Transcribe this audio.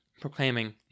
proclaiming